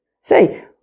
Say